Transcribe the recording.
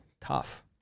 Tough